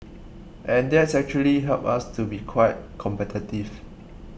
and that's actually helped us to be quite competitive